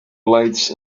lights